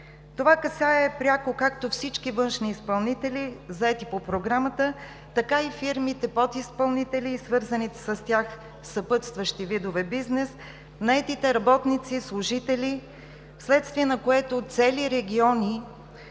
Това пряко касае както всички външни изпълнители, заети по програмата, така и фирмите – подизпълнители и свързаните с тях съпътстващи видове бизнес, наетите работници, служители, вследствие на което в цели региони,